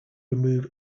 remove